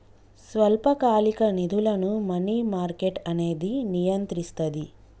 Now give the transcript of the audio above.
స్వల్పకాలిక నిధులను money market అనేది నియంత్రిస్తది